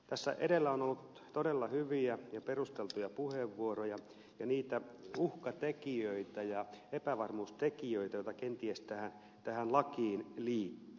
tässä edellä on ollut todella hyviä ja perusteltuja puheenvuoroja ja niitä uhkatekijöitä ja epävarmuustekijöitä joita kenties tähän lakiin liittyy